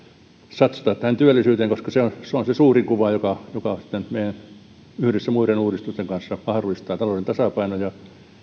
satsata tähän työllisyyteen koska se on se suuri kuva joka joka sitten yhdessä meidän muiden uudistusten kanssa mahdollistaa talouden tasapainon